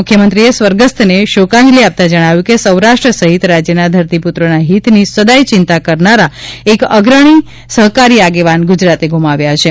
મુખ્યમંત્રીશ્રીએ સ્વર્ગસ્થને શોકાંજલી આપતા જજ્ઞાવ્યું કે સૌરાષ્ટ્ર સહિત રાજ્યના ધરતીપુત્રોના હિતની સદાય ચિંતા કરનારા એક અગ્રણી સહકારી આગેવાન ગુજરાતે ગુમાવ્યા છે